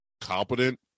competent